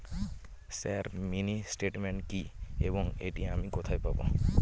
Sir mini statement কি এবং এটি আমি কোথায় পাবো?